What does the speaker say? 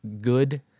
good